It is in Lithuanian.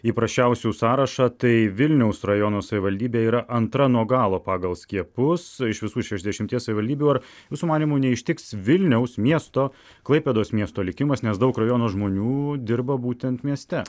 į prasčiausių sąrašą tai vilniaus rajono savivaldybė yra antra nuo galo pagal skiepus iš visų šešiasdešimties savivaldybių ar jūsų manymu neištiks vilniaus miesto klaipėdos miesto likimas nes daug rajono žmonių dirba būtent mieste